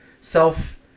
self